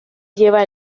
lleva